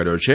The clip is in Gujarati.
કર્યો છે